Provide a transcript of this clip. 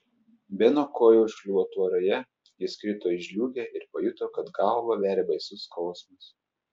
beno koja užkliuvo tvoroje jis krito į žliūgę ir pajuto kad galvą veria baisus skausmas